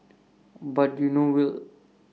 but you know will